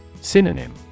Synonym